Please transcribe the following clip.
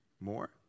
More